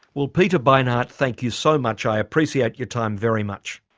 well peter beinart, thank you so much i appreciate your time very much.